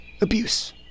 abuse